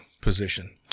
position